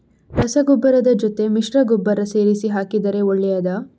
ರಸಗೊಬ್ಬರದ ಜೊತೆ ಮಿಶ್ರ ಗೊಬ್ಬರ ಸೇರಿಸಿ ಹಾಕಿದರೆ ಒಳ್ಳೆಯದಾ?